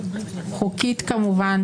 חוקית כמובן,